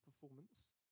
performance